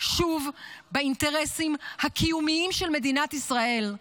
שוב באינטרסים הקיומיים של מדינת ישראל.